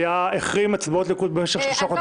-- החרים הצבעות של הליכוד במשך שלושה חודשים בערך.